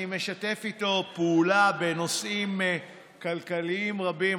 אני משתף איתו פעולה בנושאים כלכליים רבים.